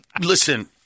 listen